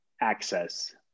access